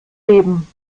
leben